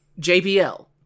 JBL